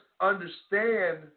understand